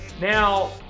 Now